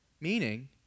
Meaning